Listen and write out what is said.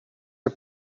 are